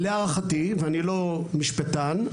להערכתי, ואני לא משפטן,